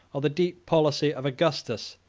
or the deep policy of augustus,